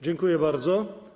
Dziękuję bardzo.